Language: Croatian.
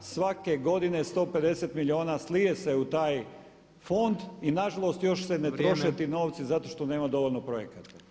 Svake godine 150 milijuna slije se u taj fond i nažalost još se ne troše ti novci zato što nema dovoljno projekata.